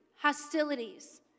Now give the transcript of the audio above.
hostilities